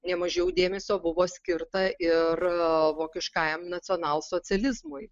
nemažiau dėmesio buvo skirta ir vokiškajam nacionalsocializmui